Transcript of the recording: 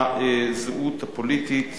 בזהות הפוליטית